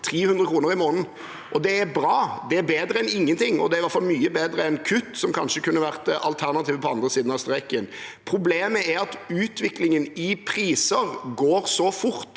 300 kr i måneden. Det er bra, det er bedre enn ingenting – det er i alle fall mye bedre enn kutt, som kanskje ville vært alternativet på den andre siden av streken. Problemet er at utviklingen i priser går så fort